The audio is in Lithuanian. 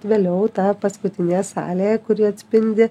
vėliau ta paskutinė salė kuri atspindi